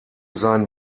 seinen